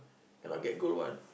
cannot get goal one